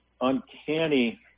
uncanny